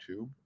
YouTube